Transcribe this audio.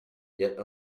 yet